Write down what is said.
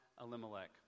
Elimelech